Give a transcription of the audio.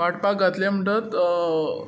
वांटपाक घातले म्हणटकच